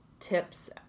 tips